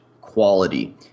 quality